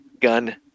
gun